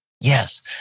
Yes